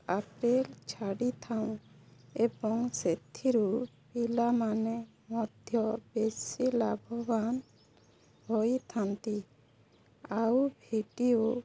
ଛାଡ଼ିଥାଉଁ ଏବଂ ସେଥିରୁ ପିଲାମାନେ ମଧ୍ୟ ବେଶୀ ଲାଭବାନ୍ ହୋଇଥାନ୍ତି ଆଉ ଭିଡ଼ିଓ